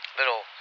little